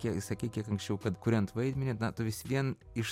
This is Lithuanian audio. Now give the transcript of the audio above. kie sakei kiek anksčiau kad kuriant vaidmenį na tu vis vien iš